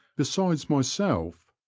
besides myself,